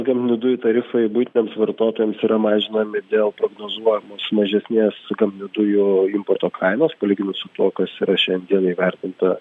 gamtinių dujų tarifai buitiniams vartotojams yra mažinami dėl prognozuojamos mažesnės gamtinių dujų importo kainos palyginus su tuo kas yra šiandien įvertinta